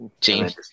James